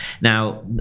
Now